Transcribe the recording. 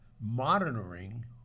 monitoring